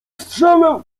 strzelę